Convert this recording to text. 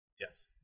Yes